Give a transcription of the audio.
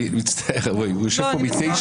ואני אסביר ברשותך על השמחה